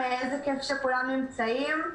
איזה כיף שכולם נמצאים.